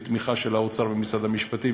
בתמיכה של משרד האוצר ומשרד המשפטים,